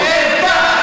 כל כך מופקרת, מיקי זוהר.